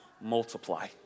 multiply